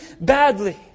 badly